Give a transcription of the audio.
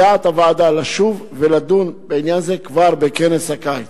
בדעת הוועדה לשוב ולדון בעניין זה כבר בכנס הקיץ.